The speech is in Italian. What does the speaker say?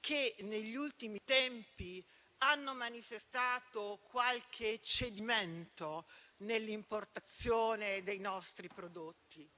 che negli ultimi tempi hanno manifestato qualche cedimento nell'importazione dei nostri prodotti